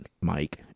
Mike